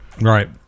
Right